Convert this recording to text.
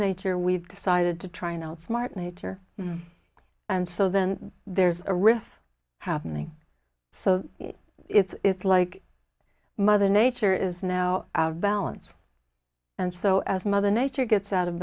nature we've decided to try and outsmart nature and so then there's a riff happening so it's like mother nature is now out of balance and so as mother nature gets out of